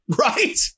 Right